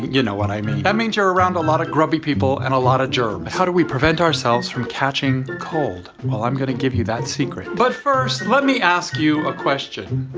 you know what i mean. that means you're around a lot of grubby people and a lot of germs. how do we prevent ourselves from catching cold? well, i'm going to give you that secret. but, first let me ask you a question.